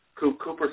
Cooper